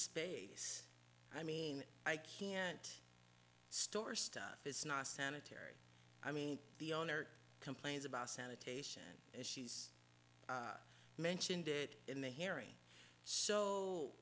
space i mean i can't store stuff it's not sanitary i mean the owner complains about sanitation and she's mentioned it in the hearing so